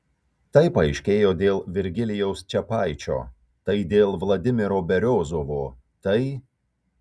tai paaiškėjo dėl virgilijaus čepaičio tai dėl vladimiro beriozovo tai